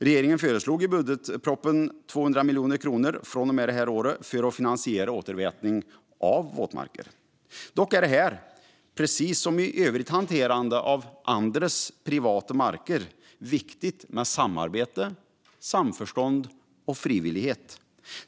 Regeringen föreslog i budgetpropositionen 200 miljoner kronor från och med detta år för att finansiera återvätning av våtmarker. Dock är det här, precis som i övrigt hanterande av andras privata marker, viktigt med samarbete, samförstånd och frivillighet.